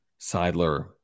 Seidler